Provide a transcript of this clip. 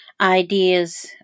ideas